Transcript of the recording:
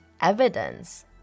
evidence